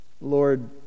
Lord